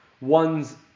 one's